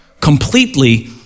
completely